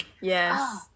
Yes